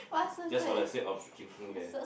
just for the sake of drinking there